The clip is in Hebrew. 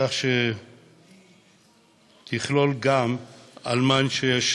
כך שתכלול גם אלמן שיש